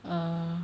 嗯